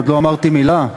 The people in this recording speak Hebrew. עוד לא אמרתי מילה.